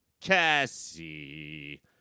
Cassie